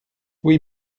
oui